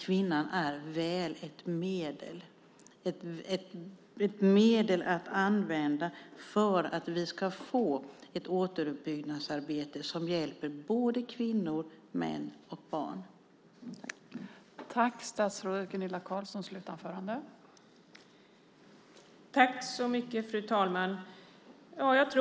Kvinnan är ett medel att använda för att vi ska få ett återuppbyggnadsarbete som hjälper både kvinnor, män och barn.